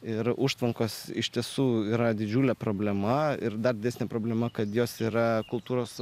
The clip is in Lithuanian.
ir užtvankos iš tiesų yra didžiulė problema ir dar didesnė problema kad jos yra kultūros